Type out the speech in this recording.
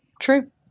True